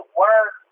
work